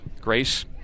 Grace